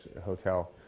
Hotel